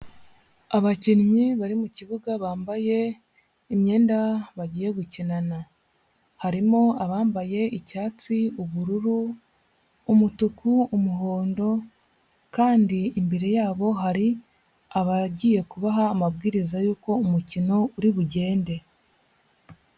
Abakinnyi bari mukibuga, bambaye imyenda bagiye gukinana, harimo abambaye icyatsi, ubururu, umutuku, umuhondo, kandi imbere yabo hari abagiye kubaha amabwiriza y'uko umukino uri bugende.